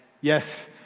Yes